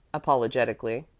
apologetically,